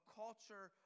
culture